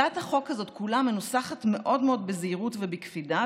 הצעת החוק הזאת כולה מנוסחת מאוד מאוד בזהירות ובקפידה,